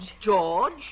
George